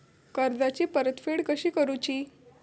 कर्जाची परतफेड कशी करुची?